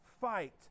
fight